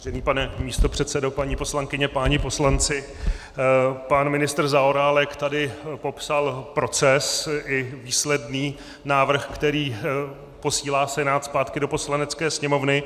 Vážený pane místopředsedo, paní poslankyně, páni poslanci, pan ministr Zaorálek tady popsal proces i výsledný návrh, který posílá Senát zpátky do Poslanecké sněmovny.